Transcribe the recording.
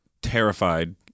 Terrified